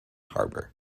harbor